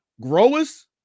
Growers